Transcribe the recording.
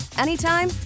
anytime